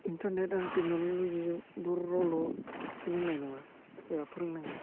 internet आरो टेकन'ल'जिजों बर' रावल' सोलोंनाय नङा एबा फोरोंनाय नङा